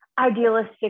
idealistic